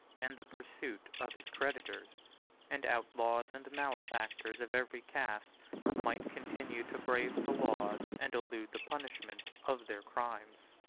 and the pursuit of his creditors and outlaws and malefactors of every cast might continue to brave the laws and elude the punishment of their crimes.